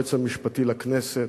היועץ המשפטי לכנסת,